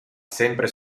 sempre